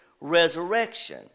resurrection